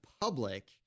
public